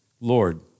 Lord